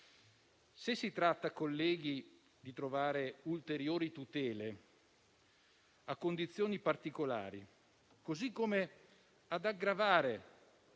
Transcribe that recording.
Se si tratta di trovare ulteriori tutele a condizioni particolari, così come ad aggravare